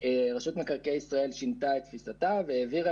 רשות מקרקעי ישראל שינתה את תפיסתה והעבירה